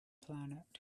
planet